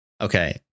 Okay